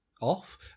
off